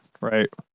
Right